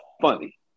funny